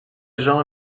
gens